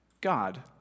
God